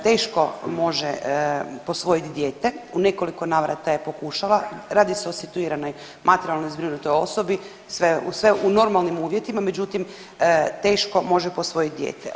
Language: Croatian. Teško može posvojiti dijete, u nekoliko navrata je pokušala, radi se o situiranoj materijalno zbrinutoj osobi, sve u normalnim uvjetima, međutim, teško može posvojiti dijete.